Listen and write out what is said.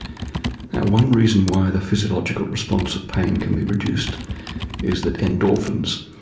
one reason why the physiological response to pain can be reduced is that endorphins,